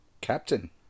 Captain